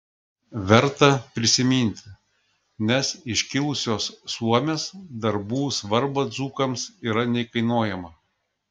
verta prisiminti nes iškiliosios suomės darbų svarba dzūkams yra neįkainojama